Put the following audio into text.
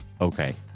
okay